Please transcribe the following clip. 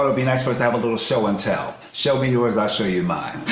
ah be nice for us to have a little show and tell. show me yours, i'll show you mine.